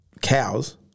cows